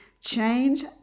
Change